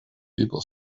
people